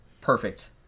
perfect